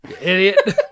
idiot